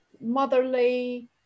motherly